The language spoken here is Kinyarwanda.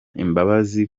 imbabazi